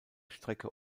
strecke